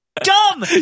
dumb